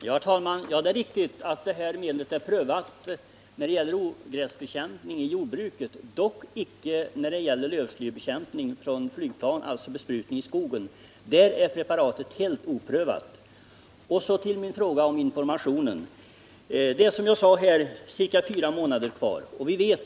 Herr talman! Det är riktigt att detta medel är prövat när det gäller ogräsbekämpning i jordbruket, dock icke i vad avser besprutning från flygplan för lövslybekämpning i skogen. I det avseendet är preparatet helt oprövat. Så till min fråga om informationen. Det är, som jag sagt, ca fyra månader kvar till besprutningssäsongens början.